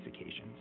occasions